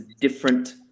different